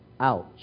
Ouch